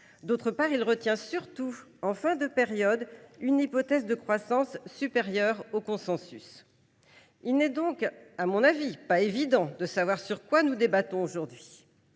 d’autre part, il retient, surtout en fin de période, une hypothèse de croissance supérieure au consensus. Il n’est donc pas évident de savoir sur quoi nous débattons aujourd’hui.